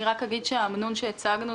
רק אגיד שהאמנון שהצגנו